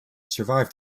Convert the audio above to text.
survived